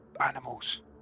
animals